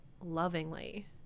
lovingly